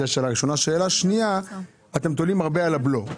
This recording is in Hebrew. ושאלה שנייה אתם תולים הרבה על הבלו.